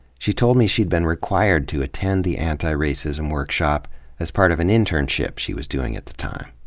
she told me she'd been required to attend the anti-racism workshop as part of an internship she was doing at the time.